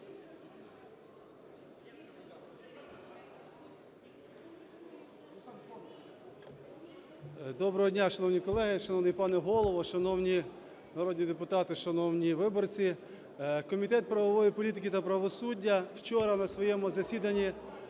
Доброго дня, шановні колеги, шановний пане Голово, шановні народні депутати, шановні виборці! Комітет правової політики та правосуддя вчора на своєму засіданні